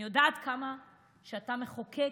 אני יודעת כמה אתה מחוקק,